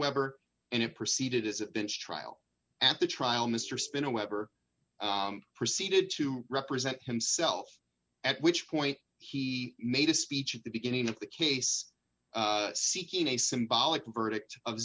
webber and it proceeded as a bench trial at the trial mr spin a webber proceeded to represent himself at which point he made a speech at the beginning of the case seeking a symbolic verdict of